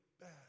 bad